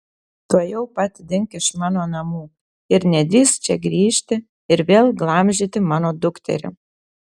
tuojau pat dink iš mano namų ir nedrįsk čia grįžti ir vėl glamžyti mano dukterį